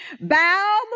Bow